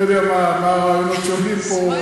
לא יודע מה הרעיונות שעולים פה,